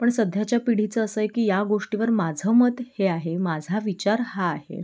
पण सध्याच्या पिढीचं असं आहे की या गोष्टीवर माझं मत हे आहे माझा विचार हा आहे